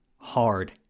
hard